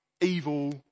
evil